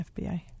FBI